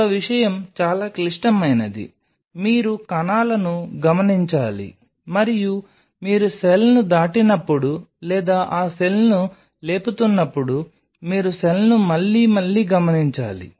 ఒక విషయం చాలా క్లిష్టమైనది మీరు కణాలను గమనించాలి మరియు మీరు సెల్ను దాటినప్పుడు లేదా ఆ సెల్ను లేపుతున్నప్పుడు మీరు సెల్ను మళ్లీ మళ్లీ గమనించాలి